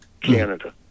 Canada